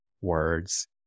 words